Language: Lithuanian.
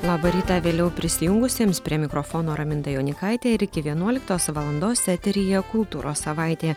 labą rytą vėliau prisijungusiems prie mikrofono raminta jonykaitė ir iki vienuoliktos valandos eteryje kultūros savaitė